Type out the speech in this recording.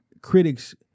critics